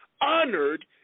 honored